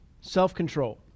Self-control